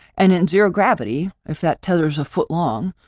and in zero gravity, if that tethers a foot long.